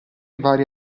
vari